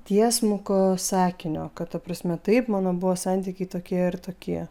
tiesmuko sakinio kad ta prasme taip mano buvo santykiai tokie ir tokie